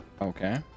Okay